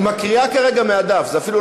כבוד